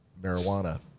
marijuana